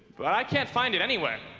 but i can't find it anywhere